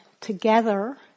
together